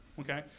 okay